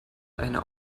eine